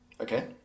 Okay